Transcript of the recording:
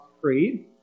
Creed